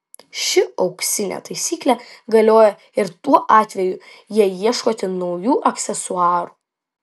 ši auksinė taisyklė galioja ir tuo atveju jei ieškote naujų aksesuarų